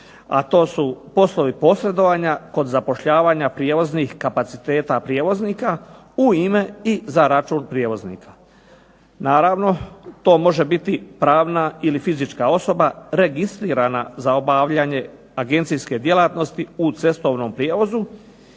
a to su poslovi posredovanja kod zapošljavanja prijevoznih kapaciteta prijevoznika u ime i za račun prijevoznika. Naravno, to može biti pravna ili fizička osoba registrirana za obavljanje agencijske djelatnosti u cestovnom prijevozu